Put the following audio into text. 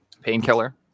painkiller